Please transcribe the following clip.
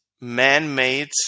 man-made